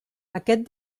aquest